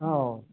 औ